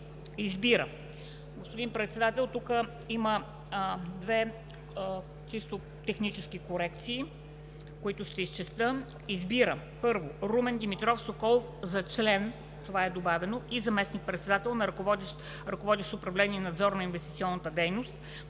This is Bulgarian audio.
…“ Господин Председател, тук има две чисто технически корекции, които ще изчета: „РЕШИ: 1. Румен Димитров Соколов за член – това е добавено, и заместник-председател, ръководещ управление „Надзор на инвестиционната дейност“